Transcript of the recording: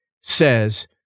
says